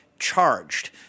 charged